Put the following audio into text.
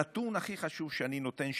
הנתון הכי חשוב שאני נותן,